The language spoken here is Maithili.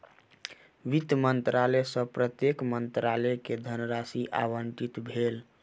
वित्त मंत्रालय सॅ प्रत्येक मंत्रालय के धनराशि आवंटित भेल